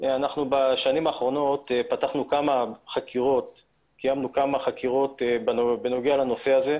בשנים האחרונות קיימנו כמה חקירות בנושא הזה.